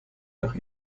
nach